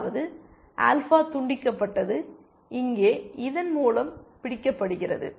அதாவது ஆல்பா துண்டிக்கப்பட்டது இங்கே இதன் மூலம் பிடிக்கப்படுகிறது